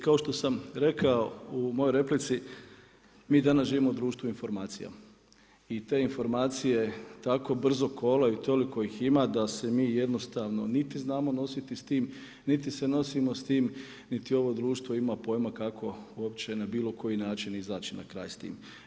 Kao što sam rekao u mojoj replici mi danas živimo u društvu informacija i te informacije tako brzo kolaju, toliko ih ima da se mi jednostavno niti znamo nositi s tim, niti se nosimo s tim, niti ovo društvo ima pojma kako uopće na bilo koji način izaći na kraj s tim.